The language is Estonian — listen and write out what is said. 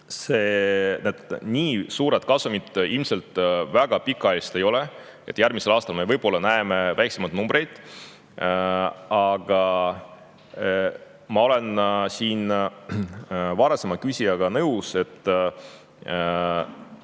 et nii suur kasum ilmselt väga pikaajaline ei ole, järgmisel aastal me võib-olla näeme väiksemat numbrit. Aga ma olen siin varasema küsijaga nõus, et